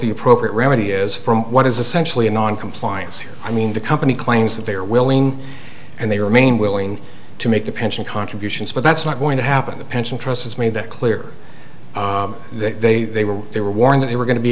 the appropriate remedy is for what is essentially a noncompliance here i mean the company claims that they are willing and they remain willing to make the pension contributions but that's not going to happen the pension trust has made that clear that they they were they were warned they were going to be